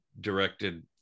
directed